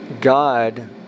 God